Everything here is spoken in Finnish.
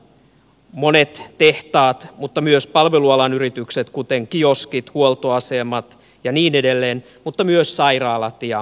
auki ovat monet tehtaat mutta myös palvelualan yritykset kuten kioskit huoltoasemat ja niin edelleen mutta myös sairaalat ja paloasemat